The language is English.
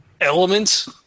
Elements